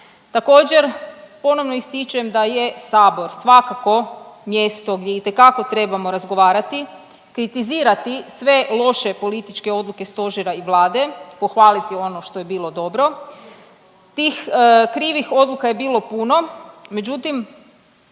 Također ponovno ističem da je Sabor svakako mjesto gdje itekako trebamo razgovarati, kritizirati sve loše političke odluke Stožera i Vlade, pohvaliti ono što je bilo dobro. Tih krivih odluka je bilo puno, međutim